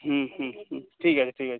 হুম হুম হুম ঠিক আছে ঠিক আছে